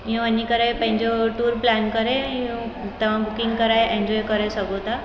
इअं वञी करे पंहिंजो टूर प्लान करे इहो तव्हां बुकिंग कराए इंजॉय करे सघो था